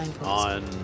on